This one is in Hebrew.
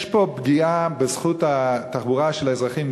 יש פה פגיעה בזכות התחבורה של האזרחים,